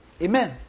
Amen